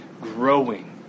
Growing